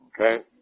Okay